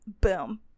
boom